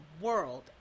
world